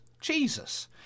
Jesus